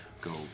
go